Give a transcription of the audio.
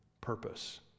purpose